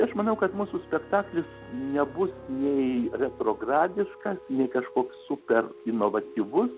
aš manau kad mūsų spektaklis nebus nei retrogradiškas nei kažkoks super inovatyvus